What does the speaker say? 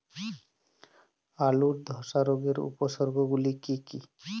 আলুর ধসা রোগের উপসর্গগুলি কি কি?